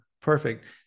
perfect